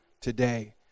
today